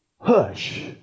hush